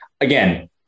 again